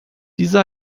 diese